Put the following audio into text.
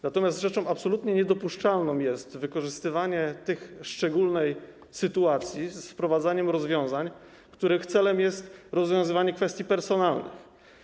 Natomiast rzeczą absolutnie niedopuszczalną jest wykorzystywanie tej szczególnej sytuacji do wprowadzania rozwiązań, których celem jest rozwiązywanie kwestii personalnych.